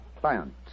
client